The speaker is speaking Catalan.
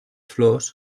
flors